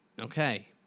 Okay